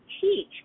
teach